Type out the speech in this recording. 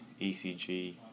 ECG